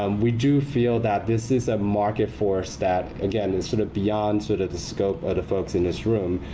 um we do feel that this is a market force that, again, is sort of beyond sort of the scope of the folks in this room.